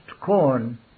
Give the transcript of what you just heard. corn